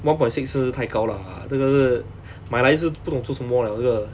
one point six 是太高 lah 真的是买来是不懂做什么 liao 这个